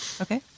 Okay